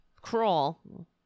crawl